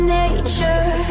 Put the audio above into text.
nature